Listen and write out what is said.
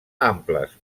amples